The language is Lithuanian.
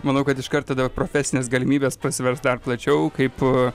manau kad iškart tada profesinės galimybės prasivers dar plačiau kaip